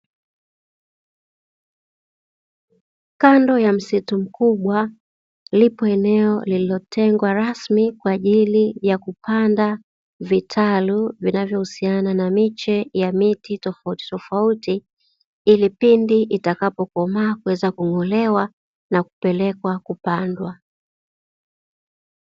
Kando ya msitu mkubwa lipo eneo lililotengwa rasmi kwa ajili ya kupanda vitalu vinavyohusiana na miche ya miti tofauti tofauti, ili pindi itakapokomaa kuweza kung'olewa na kupelekwa kupandwa.